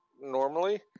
normally